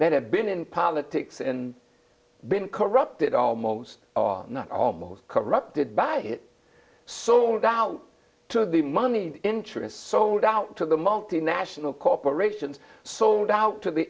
that have been in politics and been corrupted almost not almost corrupted by it so now to the money interests sold out to the multinational corporations sold out to the